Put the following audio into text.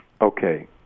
Okay